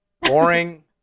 boring